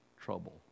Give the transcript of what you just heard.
trouble